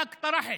אני הצעתי